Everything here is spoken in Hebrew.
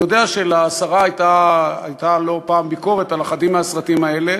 אני יודע שלשרה הייתה לא פעם ביקורת על אחדים מהסרטים האלה,